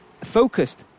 Focused